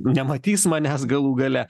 nematys manęs galų gale